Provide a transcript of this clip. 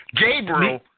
Gabriel